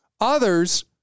others